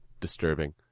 disturbing